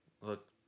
look